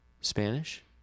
Spanish